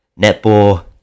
Netball